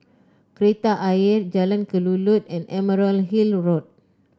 Kreta Ayer Jalan Kelulut and Emerald Hill Road